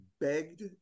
begged